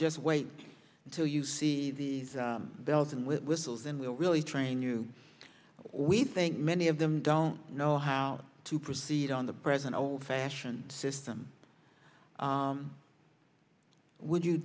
just wait until you see the bells and whistles and we'll really train you we think many of them don't know how to proceed on the present old fashioned system would you